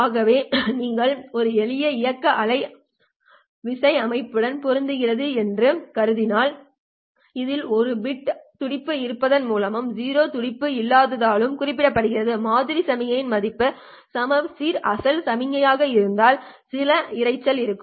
ஆகவே நீங்கள் ஒரு எளிய இயக்க அணைக்க விசை அமைப்புடன் பொருத்துகிறோம் என்று கருதினால் இதில் ஒரு பிட் 1 ஒரு துடிப்பு இருப்பதன் மூலமும் 0 துடிப்பு இல்லாததாலும் குறிக்கப்படுகிறது மாதிரி சமிக்ஞையின் மதிப்பு சமச்சீர் அசல் சமிக்ஞையாக இருந்தால் சில இரைச்சல் இருக்கும்